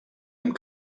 amb